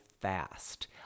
fast